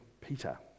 Peter